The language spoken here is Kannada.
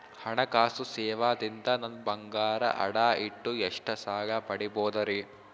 ಹಣಕಾಸು ಸೇವಾ ದಿಂದ ನನ್ ಬಂಗಾರ ಅಡಾ ಇಟ್ಟು ಎಷ್ಟ ಸಾಲ ಪಡಿಬೋದರಿ?